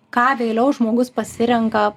ką vėliau žmogus pasirenka